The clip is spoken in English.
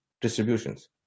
distributions